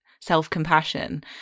self-compassion